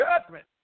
Judgment